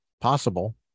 possible